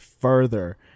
further